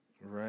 Right